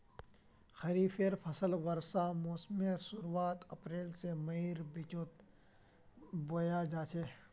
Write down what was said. खरिफेर फसल वर्षा मोसमेर शुरुआत अप्रैल से मईर बिचोत बोया जाछे